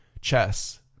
chess